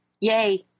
Yay